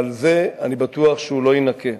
ועל זה אני בטוח שהוא לא יינקה.